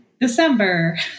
December